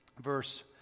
verse